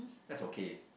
that's okay